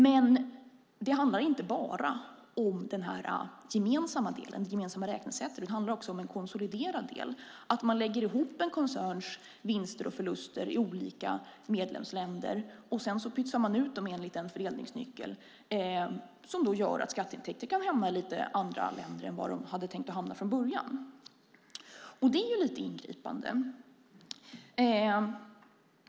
Men det handlar inte bara om det gemensamma räknesättet, utan det handlar också om en konsoliderad del som innebär att man lägger ihop en koncerns vinster och förluster i olika medlemsländer och sedan pytsar ut dem enligt en fördelningsnyckel. Detta gör att skatteintäkter kan hamna i andra länder än vad som var tänkt från början. Det är ju lite ingripande.